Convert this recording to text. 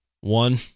One